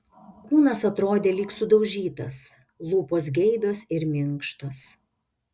kūnas atrodė lyg sudaužytas lūpos geibios ir minkštos